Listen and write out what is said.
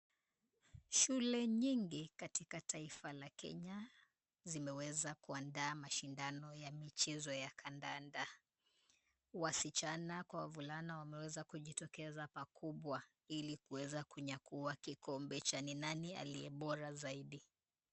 Shule nyingi katika taifa la Kenya zimeweza kuandaa mashindano ya michezo ya kandanda. Wasichana kwa wavulana wameweza kujitokeza pakubwa ili kuweza kunyakua kikombe cha ni nani aliye bora zaidi.